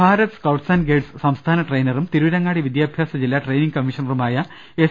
Bharat scouts and guides സംസ്ഥാന ട്രെയിനറും തിരൂരങ്ങാടി വിദ്യാഭ്യാസ ജില്ല ട്രെയിനിംഗ് കമ്മീഷണ്ണറുമായ എസ്